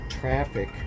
traffic